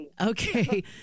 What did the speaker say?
okay